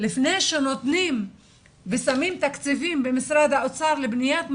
לפני שנותנים ושמים תקציבים במשרד האוצר לבניית מעונות,